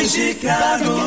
Chicago